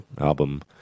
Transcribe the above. album